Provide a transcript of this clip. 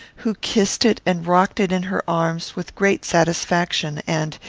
who kissed it and rocked it in her arms with great satisfaction, and,